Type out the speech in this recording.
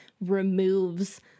removes